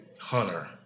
hunter